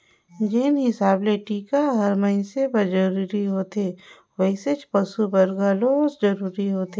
जेन हिसाब ले टिका हर मइनसे बर जरूरी होथे वइसनेच पसु बर घलो जरूरी होथे